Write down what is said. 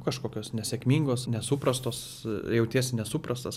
kažkokios nesėkmingos nesuprastos jautiesi nesuprastas